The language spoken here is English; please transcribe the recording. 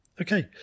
Okay